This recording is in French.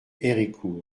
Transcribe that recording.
héricourt